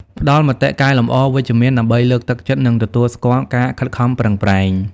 ផ្តល់មតិកែលម្អវិជ្ជមានដើម្បីលើកទឹកចិត្ត និងទទួលស្គាល់ការខិតខំប្រឹងប្រែង។